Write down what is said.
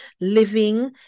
living